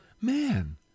man